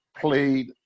played